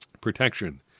protection